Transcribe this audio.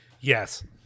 Yes